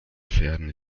pferden